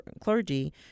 clergy